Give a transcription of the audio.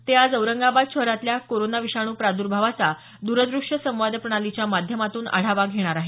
ते आज औरंगाबाद शहरातल्या कोरोना विषाणू प्रादुर्भावाचा द्रदृश्य संवाद प्रणालीच्या माध्यमातून आढावा घेणार आहेत